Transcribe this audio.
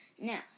Now